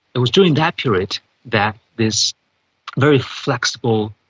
it was during that period that this very flexible,